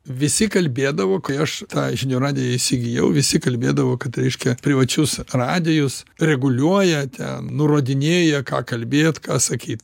visi kalbėdavo kai aš tą žinių radiją įsigijau visi kalbėdavo kad reiškia privačius radijus reguliuoja ten nurodinėja ką kalbėt ką sakyt